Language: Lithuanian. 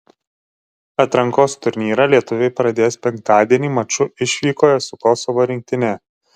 atrankos turnyrą lietuviai pradės penktadienį maču išvykoje su kosovo rinktine